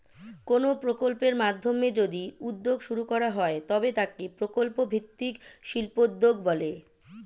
কোনো প্রকল্পের মাধ্যমে যদি উদ্যোগ শুরু করা হয় তবে তাকে প্রকল্প ভিত্তিক শিল্পোদ্যোগ বলে